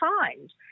find